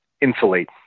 insulate